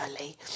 early